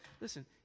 listen